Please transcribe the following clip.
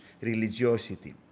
religiosity